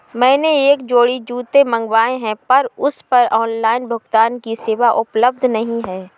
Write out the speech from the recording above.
मैंने एक जोड़ी जूते मँगवाये हैं पर उस पर ऑनलाइन भुगतान की सेवा उपलब्ध नहीं है